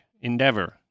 endeavor